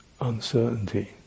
uncertainty